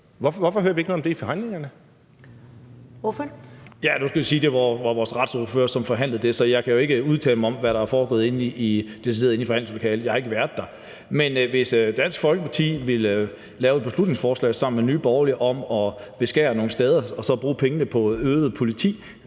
Lars Boje Mathiesen (NB): Nu skal jeg jo sige, at det var vores retsordfører, som forhandlede det, så jeg kan ikke udtale mig om, hvad der decideret er foregået inde i forhandlingslokalet. Jeg har ikke været der. Men hvis Dansk Folkeparti vil lave et beslutningsforslag sammen med Nye Borgerlige om at beskære nogle steder og så bruge pengene på øget politi,